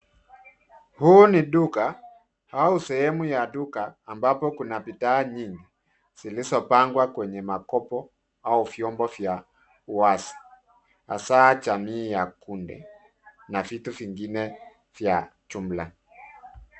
Huu ni duka au sehemu ya duka ,ambapo kuna bidhaa nyingi zilizopangwa kwenye makopo au vyombo vya wazi. Hasa jamii ya kunde na vitu vingine vya jumla.